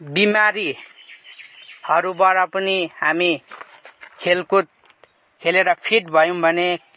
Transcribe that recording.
बिमारीहरूबाट पनि हामी खेलकुद खेलेर फिट भयौँ भने